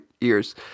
ears